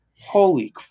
Holy